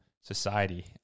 society